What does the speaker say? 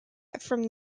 from